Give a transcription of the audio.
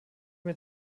mir